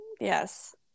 yes